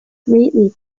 greatly